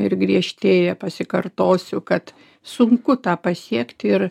ir griežtėja pasikartosiu kad sunku tą pasiekti ir